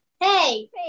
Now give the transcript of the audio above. hey